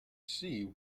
see